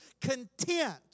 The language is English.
content